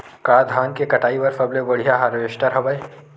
का धान के कटाई बर सबले बढ़िया हारवेस्टर हवय?